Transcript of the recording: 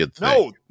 No